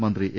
മന്ത്രി എ